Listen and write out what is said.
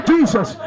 Jesus